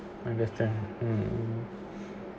understand mmhmm